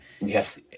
Yes